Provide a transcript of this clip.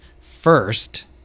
first